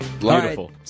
Beautiful